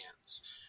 hands